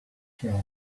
chairs